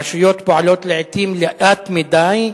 הרשויות פועלות לעתים לאט מדי,